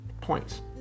points